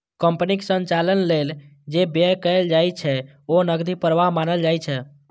कंपनीक संचालन लेल जे व्यय कैल जाइ छै, ओ नकदी प्रवाह मानल जाइ छै